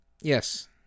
Yes